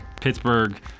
Pittsburgh